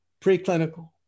preclinical